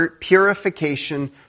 purification